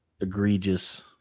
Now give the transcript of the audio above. egregious